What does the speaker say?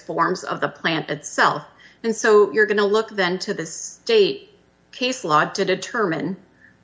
forms of the plant itself and so you're going to look then to the state case law to determine